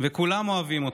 וכולם אוהבים אותך.